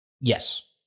Yes